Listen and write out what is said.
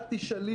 אל תשאלי,